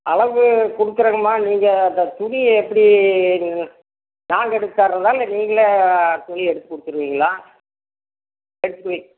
அளவு கொடுக்குறேங்கம்மா நீங்கள் அந்த துணி எப்படி நீங்கள் நாங்கள் எடுத்து தாரதா இல்லை நீங்களே துணி எடுத்து கொடுத்துருவீங்களா எடுத்து வி